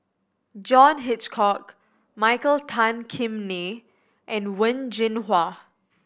John Hitchcock Michael Tan Kim Nei and Wen Jinhua